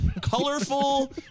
colorful